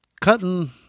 cutting